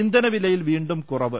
ഇന്ധനവിലയിൽ വീണ്ടും കുറവ്